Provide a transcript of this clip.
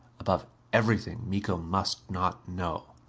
above everything, miko must not know.